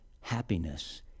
happiness